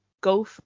go